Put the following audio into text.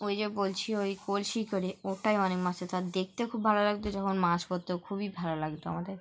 ওই যে বলছি ওই কলসি করে ওটাই অনেক মাছ ছে তার দেখতে খুব ভালো লাগতো যখন মাছ পরতো খুবই ভালো লাগতো আমাদের